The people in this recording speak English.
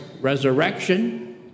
resurrection